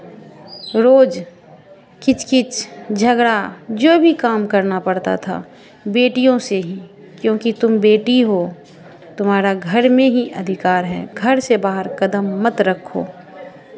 रोज़ किच किच झगड़ा जो भी काम करना पड़ता था बेटीयों से ही क्योंकि तुम बेटी हो तुम्हारा घर में ही अधिकार है घर से बाहर कदम मत रखो